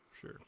Sure